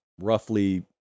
roughly